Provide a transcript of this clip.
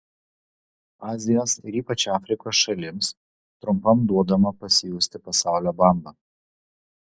azijos ir ypač afrikos šalims trumpam duodama pasijusti pasaulio bamba